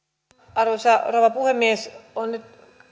arvoisa rouva puhemies